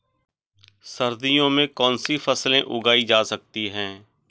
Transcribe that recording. सर्दियों में कौनसी फसलें उगाई जा सकती हैं?